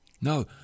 No